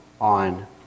on